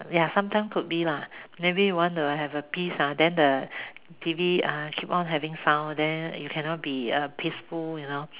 ya sometime could be lah maybe want to have peace ah then the TV ah keep on having sound then you cannot be peaceful you know